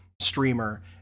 streamer